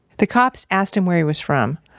the cops asked him where he was from.